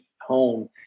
home